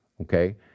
Okay